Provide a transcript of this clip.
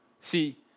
See